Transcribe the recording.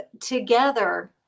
together